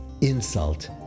insult